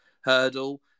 hurdle